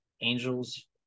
angels